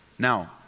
Now